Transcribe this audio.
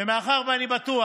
מאחר שאני בטוח